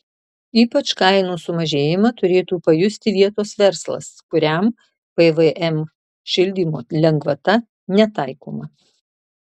ypač kainų sumažėjimą turėtų pajusti vietos verslas kuriam pvm šildymo lengvata netaikoma